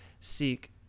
seek